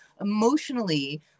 Emotionally